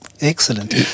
Excellent